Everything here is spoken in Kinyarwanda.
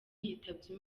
yitabye